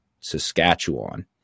Saskatchewan